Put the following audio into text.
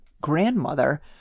grandmother